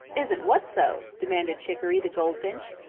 isn't what so? demanded chicoree the goldfinch,